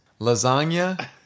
Lasagna